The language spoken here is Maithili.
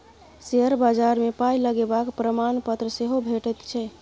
शेयर बजार मे पाय लगेबाक प्रमाणपत्र सेहो भेटैत छै